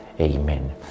Amen